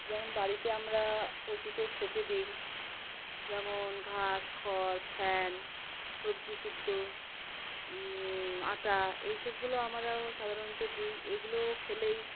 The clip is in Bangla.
যেমন বাড়িতে আমরা পশুকে খেতে দিই যেমন ঘাস খড় ফ্যান সবজি সিদ্ধ আটা এইসবগুলো আমরাও সাধারণত দিই এগুলো খেলেই